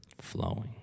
flowing